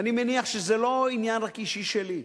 ואני מניח שזה לא עניין רק אישי שלי,